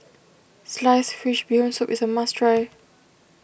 Sliced Fish Bee Hoon Soup is a must try